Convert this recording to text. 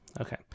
Okay